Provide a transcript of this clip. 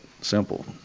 simple